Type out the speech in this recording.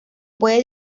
puede